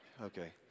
Okay